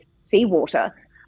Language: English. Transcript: seawater